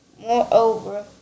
Moreover